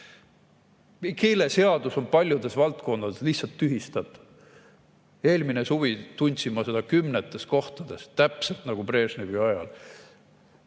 Keeleseadus on paljudes valdkondades lihtsalt tühistatud. Eelmisel suvel tundsin ma seda kümnetes kohtades, täpselt nagu Brežnevi ajal.